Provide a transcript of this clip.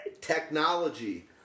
technology